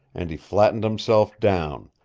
and he flattened himself down,